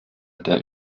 der